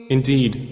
Indeed